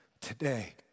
today